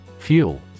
Fuel